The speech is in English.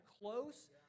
close